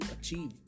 achieve